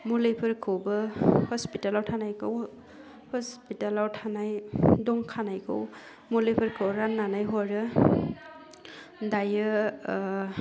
मुलिफोरखौबो हस्पितालाव थानायखौ हस्पितालाव थानाय दंखानायखौ मुलिफोरखौ राननानै हरो दायो ओह